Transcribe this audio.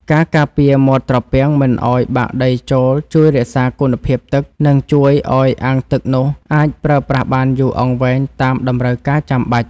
ការការពារមាត់ត្រពាំងមិនឱ្យបាក់ដីចូលជួយរក្សាគុណភាពទឹក និងជួយឱ្យអាងទឹកនោះអាចប្រើប្រាស់បានយូរអង្វែងតាមតម្រូវការចាំបាច់។